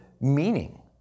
meaning